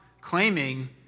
claiming